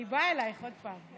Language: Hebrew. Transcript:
אני באה אלייך עוד פעם.